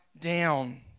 down